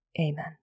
Amen